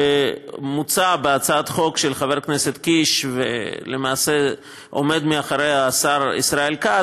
שמוצע בהצעת החוק של חבר הכנסת קיש ולמעשה עומד מאחוריה השר ישראל כץ,